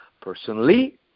Personally